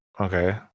Okay